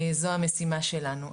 זו המשימה שלנו.